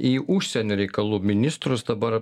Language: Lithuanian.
į užsienio reikalų ministrus dabar